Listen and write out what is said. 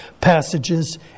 passages